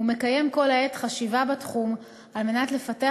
ומקיים כל העת חשיבה בתחום על מנת לפתח